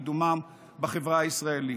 וקידומם בחברה הישראלית.